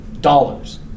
dollars